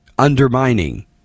Undermining